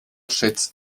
schätzt